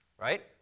right